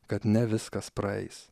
kad ne viskas praeis